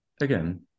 again